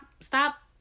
stop